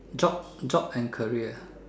job job and career